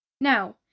Now